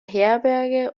herberge